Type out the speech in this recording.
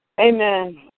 Amen